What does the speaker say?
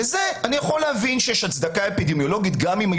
לזה אני יכול להבין שיש הצדקה אפידמיולוגית גם אם היא